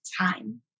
time